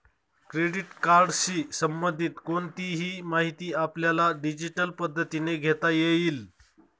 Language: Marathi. क्रेडिट कार्डशी संबंधित कोणतीही माहिती आपल्याला डिजिटल पद्धतीने घेता येईल